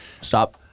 Stop